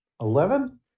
Eleven